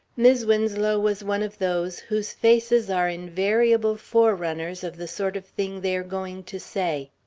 mis' winslow was one of those whose faces are invariable forerunners of the sort of thing they are going to say.